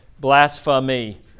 blasphemy